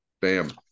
bam